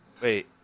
Wait